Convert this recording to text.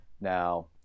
Now